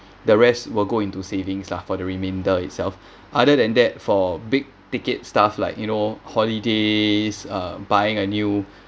the rest will go into savings lah for the remainder itself other than that for big ticket stuff like you know holidays uh buying a new